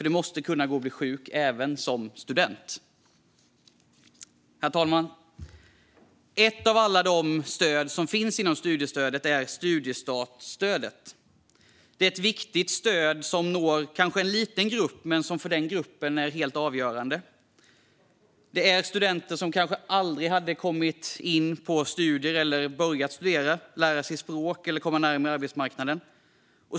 Det måste vara möjligt att bli sjuk även som student. Herr talman! Ett av alla stöd som finns inom studiestödet är studiestartsstödet. Det är ett viktigt stöd som når en liten grupp, men för den gruppen är stödet helt avgörande. Det är fråga om studenter som kanske aldrig hade börjat studera, lära sig språk eller kommit närmare arbetsmarknaden.